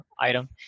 item